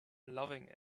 loving